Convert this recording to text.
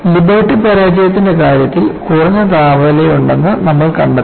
liberty പരാജയത്തിന്റെ കാര്യത്തിൽ കുറഞ്ഞ താപനിലയുണ്ടെന്ന് നമ്മൾ കണ്ടെത്തി